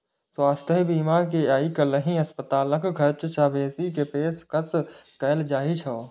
स्वास्थ्य बीमा मे आइकाल्हि अस्पतालक खर्च सं बेसी के पेशकश कैल जाइ छै